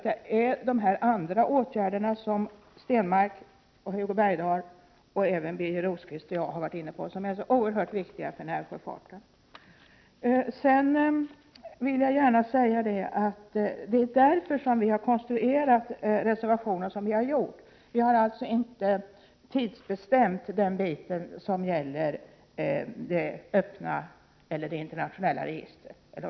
Det är ju dessa andra åtgärder, som Per Stenmarck, Hugo Bergdahl och även Birger Rosqvist och jag har varit inne på, som är så oerhört viktiga för närsjöfarten. Det är därför som vi har konstruerat reservationen som vi har gjort. Vi har inte tidsbestämt det som gäller det öppna eller internationella registret.